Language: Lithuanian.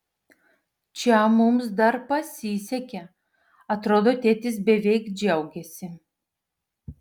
čia mums dar pasisekė atrodo tėtis beveik džiaugėsi